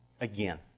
again